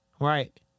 Right